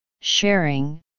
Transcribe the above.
sharing